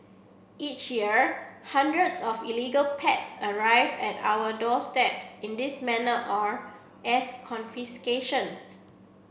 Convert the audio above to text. each year hundreds of illegal pets arrive at our doorsteps in this manner or as confiscations